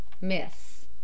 Miss